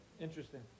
Interesting